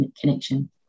connection